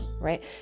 right